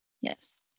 yes